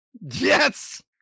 Yes